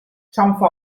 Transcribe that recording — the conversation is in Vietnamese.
trong